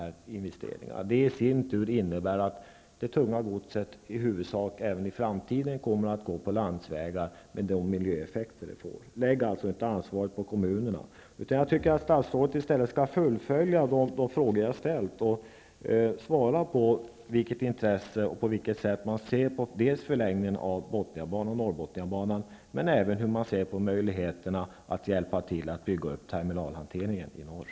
Det innebär i sin tur att det tunga godset även i framtiden i huvudsak kommer att gå på landsvägar med de miljöeffekter det får. Lägg alltså ett ansvar på kommunerna. Jag tycker att statsrådet skall fullfölja att besvara de frågor jag ställt och svara på med vilket intresse och på vilket sätt man ser på förlängningen av Bothniabanan och Norrbothniabanan, men även hur man ser på möjligheterna att hjälpa till att bygga upp terminalhanteringen i norr.